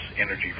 energy